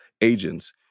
agents